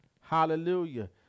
Hallelujah